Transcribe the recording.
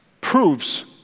proves